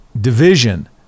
division